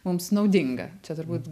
mums naudinga čia turbūt